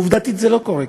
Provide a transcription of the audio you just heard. עובדתית זה לא קורה,